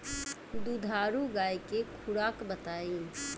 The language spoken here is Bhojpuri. दुधारू गाय के खुराक बताई?